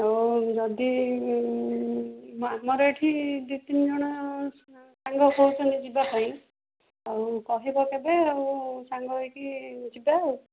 ହଉ ଯଦି ଆମର ଏଠି ଦୁଇ ତିନି ଜଣ ସାଙ୍ଗ କହୁଛନ୍ତି ଯିବା ପାଇଁ ଆଉ କହିବ କେବେ ଆଉ ସାଙ୍ଗ ହୋଇକି ଯିବା ଆଉ